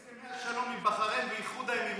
כמו שהוא היה נגד הסכמי השלום ועם בחריין ואיחוד האמירויות,